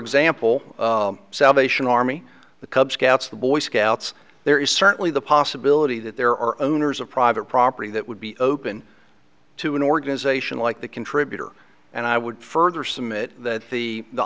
example salvation army the cub scouts the boy scouts there is certainly the possibility that there are owners of private property that would be open to an organization like the contributor and i would further